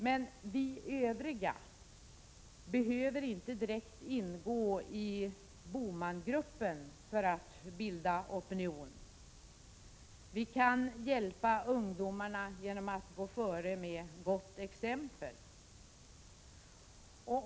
Men vi övriga behöver inte direkt ingå i BOMAN-gruppen för att bilda opinion. Vi kan hjälpa ungdomarna genom att gå före med gott exempel.